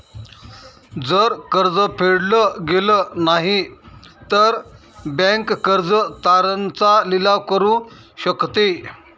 जर कर्ज फेडल गेलं नाही, तर बँक कर्ज तारण चा लिलाव करू शकते